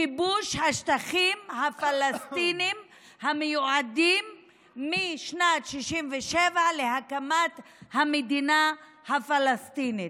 כיבוש השטחים הפלסטינים המיועדים משנת 1967 להקמת המדינה הפלסטינית.